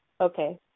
Okay